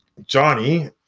johnny